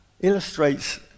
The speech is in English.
illustrates